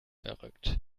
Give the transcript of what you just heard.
verrückt